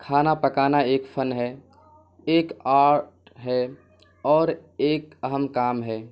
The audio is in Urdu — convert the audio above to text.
کھانا پکانا ایک فن ہے ایک آرٹ ہے اور ایک اہم کام ہے